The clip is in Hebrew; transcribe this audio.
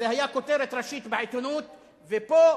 זאת היתה כותרת ראשית בעיתונות, ופה